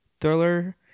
thriller